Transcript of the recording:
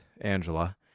Angela